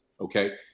Okay